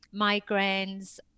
migraines